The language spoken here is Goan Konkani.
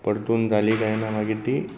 परतून जाली काय ना मागीर ती